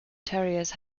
terriers